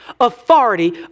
authority